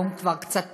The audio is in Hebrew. היום כבר קצת פחות,